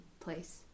place